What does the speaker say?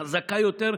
חזקה יותר,